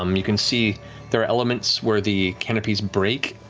um you can see there are elements where the canopies break,